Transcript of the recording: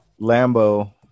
Lambo